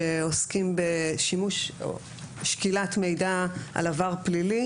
שעוסקים בשימוש או בשקילת מידע על עבר פלילי,